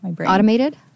Automated